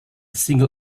single